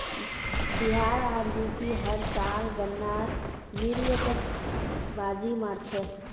बिहार आर यू.पी हर साल गन्नार निर्यातत बाजी मार छेक